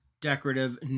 Decorative